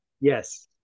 Yes